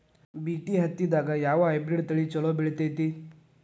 BT ಹತ್ತಿದಾಗ ಯಾವ hybrid ತಳಿ ಛಲೋ ಬೆಳಿತೈತಿ?